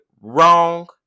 wrong